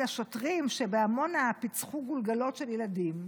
השוטרים שבעמונה פיצחו גולגולות של ילדים,